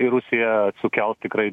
į rusiją sukels tikrai